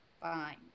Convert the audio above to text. Fine